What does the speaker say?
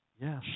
yes